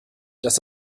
dass